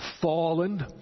fallen